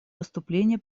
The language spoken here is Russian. выступление